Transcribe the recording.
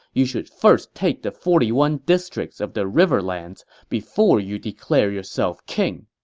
you should first take the forty one districts of the riverlands before you declare yourself king.